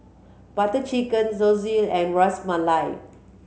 Butter Chicken Zosui and Ras Malai